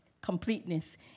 completeness